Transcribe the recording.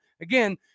Again